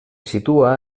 situa